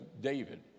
David